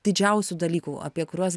didžiausių dalykų apie kuriuos